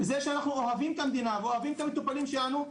זה שאנחנו אוהבים את המדינה ואוהבים את המטופלים שלנו,